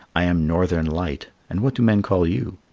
i am northern light and what do men call you?